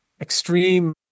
extreme